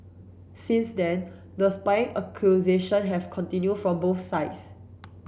since then the spying accusation have continued from both sides